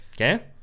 Okay